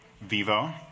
Vivo